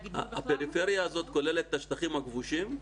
הפריפריה הזאת כוללת את השטחים הכבושים?